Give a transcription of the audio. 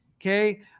Okay